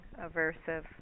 aversive